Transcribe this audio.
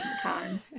time